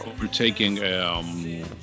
overtaking